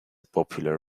popular